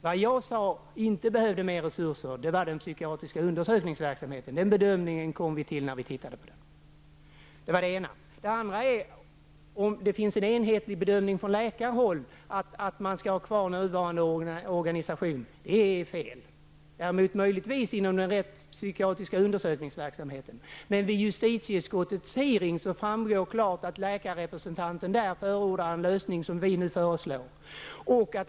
Var vi menar att vi inte behöver mera resurser är inom den psykiatriska undersökningsverksamheten. Den bedömningen kom vi fram till när vi tittade på frågan. Den andra handlar om organisationen. Att det skulle finnas en enhetlig bedömning från läkarhåll att man skall ha kvar nuvarande organisation är fel. Möjligtvis är det så i fråga om den rättspsykiatriska undersökningsverksamheten. Men vid justitieutskottets hearing i frågan framgick klart att läkarrepresentanten där förordade en lösning som vi nu föreslår.